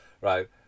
right